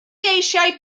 eisiau